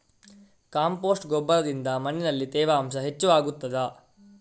Compost ಗೊಬ್ಬರದಿಂದ ಮಣ್ಣಿನಲ್ಲಿ ತೇವಾಂಶ ಹೆಚ್ಚು ಆಗುತ್ತದಾ?